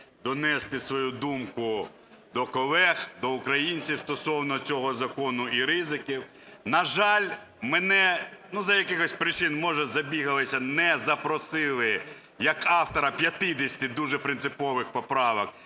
донести свою думку до колег, до українців стосовно цього закону і ризиків. На жаль, мене (ну з-за якихось причин, може, забігалися) не запросили як автора 50 дуже принципових поправок